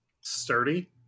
sturdy